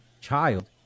child